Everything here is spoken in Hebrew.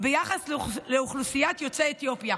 ביחס לאוכלוסיית יוצאי אתיופיה,